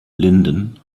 linden